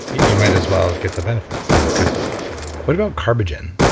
you might as well get the benefits yeah what about carbogen?